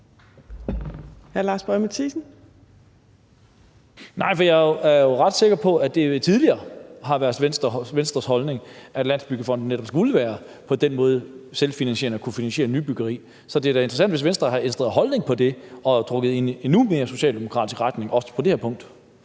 jeg er jo ret sikker på, at det tidligere har været Venstres holdning, at Landsbyggefonden netop skulle være på den måde selvfinansierende og skulle kunne finansiere nybyggeri. Så det er da interessant, hvis Venstre har ændret holdning til det og er trukket i en endnu mere socialdemokratisk retning – også på det her punkt.